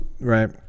right